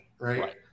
right